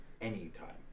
Anytime